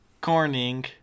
corning